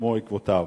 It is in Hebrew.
נעלמו עקבותיו.